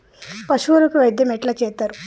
పశువులకు వైద్యం ఎట్లా చేత్తరు?